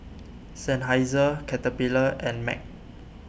Seinheiser Caterpillar and Mag